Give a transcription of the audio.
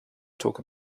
talk